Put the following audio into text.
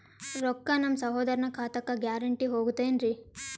ರೊಕ್ಕ ನಮ್ಮಸಹೋದರನ ಖಾತಕ್ಕ ಗ್ಯಾರಂಟಿ ಹೊಗುತೇನ್ರಿ?